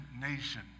nation